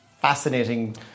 fascinating